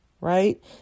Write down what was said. right